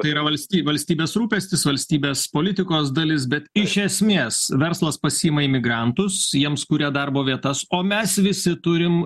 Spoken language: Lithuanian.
tai yra valstybė valstybės rūpestis valstybės politikos dalis bet iš esmės verslas pasiima imigrantus jiems kuria darbo vietas o mes visi turim